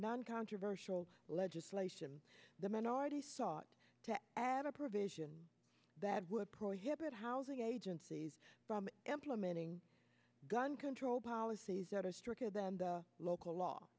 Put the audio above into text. non controversial legislation the minority sought to add a provision that would prohibit housing agencies from implementing gun control policies that are stricter than the local law